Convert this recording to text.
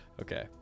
Okay